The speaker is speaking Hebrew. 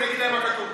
ואני אגיד להם מה כתוב.